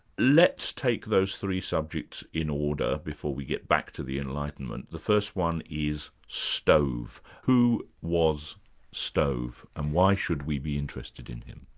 let's take those three subjects in order, before we get back to the enlightenment. the first one is stove. who was stove, and why should we be interested in him?